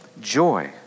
joy